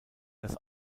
das